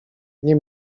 nie